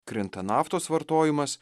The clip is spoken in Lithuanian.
krinta naftos vartojimas